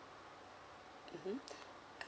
mmhmm